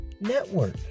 network